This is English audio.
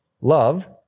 love